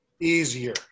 easier